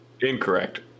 Incorrect